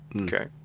Okay